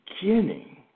beginning